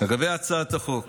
לגבי הצעת החוק,